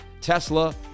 tesla